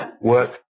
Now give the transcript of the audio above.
work